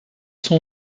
sont